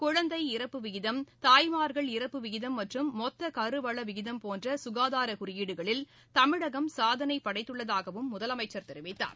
குழந்தை இறப்பு விகிதம் தாய்மாா்கள் இறப்பு விகிதம் மற்றும் மொத்த கருவள விகிதம் போன்ற சுகாதார குறியீடுகளில் தமிழகம் சாதனை படைத்துள்ளதாகவும் முதலமைச்சர் தெரிவித்தார்